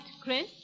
Chris